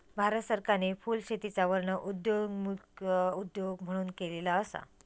भारत सरकारने फुलशेतीचा वर्णन उदयोन्मुख उद्योग म्हणून केलेलो असा